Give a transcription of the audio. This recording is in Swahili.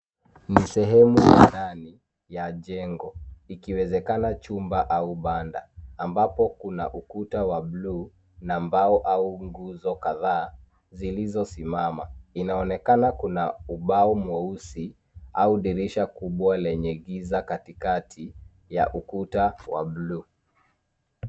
Ni sehemu ya ndani ya jengo ikiwezekana chumba au banda ambapo kuna ukuta wa buluu na mbao au nguzo kadhaa zilizosimama. Inaonekana kuna ubao mweusi au dirisha kubwa lenye giza katikati ya ukuta wa buluu.